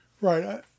Right